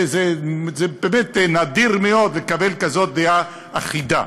זה באמת נדיר מאוד לקבל כזאת דעה אחידה.